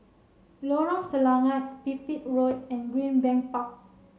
Lorong Selangat Pipit Road and Greenbank Park